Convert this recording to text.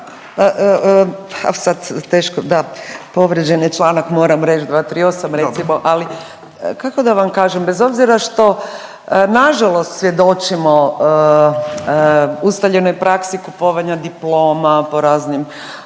sad teško da povrijeđen je članak moram reći 238. recimo ali kako da vam kažem, bez obzira što nažalost svjedočimo ustaljenoj praksi kupovanja diploma po raznim